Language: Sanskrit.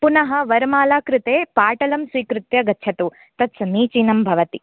पुनः वरमाला कृते पाटलं स्वीकृत्य गच्छतु तत् समीचीनं भवति